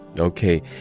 Okay